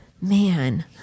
man